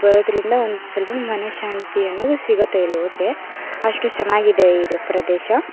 ಬರೋದ್ರಿಂದ ಒಂದು ಸ್ವಲ್ಪ ಮನಃಶಾಂತಿ ಅನ್ನೋದು ಸಿಗುತ್ತೆ ಅಲ್ಲಿ ಹೋದರೆ ಅಷ್ಟು ಚೆನ್ನಾಗಿದೆ ಇದು ಪ್ರದೇಶ